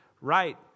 right